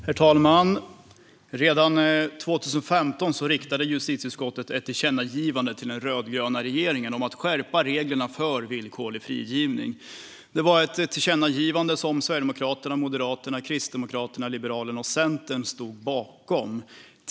Herr talman! Redan 2015 riktade justitieutskottet ett tillkännagivande till den rödgröna regeringen om att skärpa reglerna för villkorlig frigivning. Det var ett tillkännagivande som Sverigedemokraterna och Moderaterna, Kristdemokraterna, Liberalerna och Centern stod bakom.